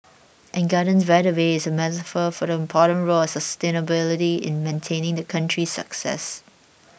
and Gardens by the Bay is a metaphor for the important role of sustainability in maintaining the country's success